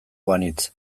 banintz